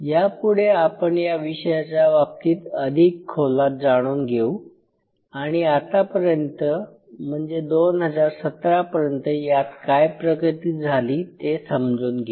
यापुढे आपण या विषयाचा बाबतीत अधिक खोलात जाणून घेऊ आणि आतापर्यंत म्हणजे २०१७ पर्यंत यात काय प्रगती झाली ते समजून घेऊ